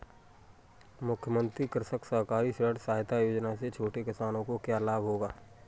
मुख्यमंत्री कृषक सहकारी ऋण सहायता योजना से छोटे किसानों को क्या लाभ होगा?